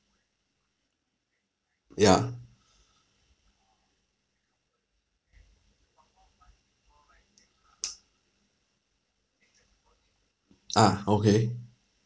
yeah ah okay